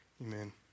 Amen